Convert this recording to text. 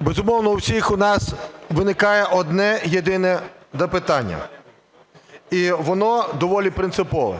Безумовно, у всіх у нас виникає одне-єдине запитання, і воно доволі принципове: